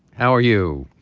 how are you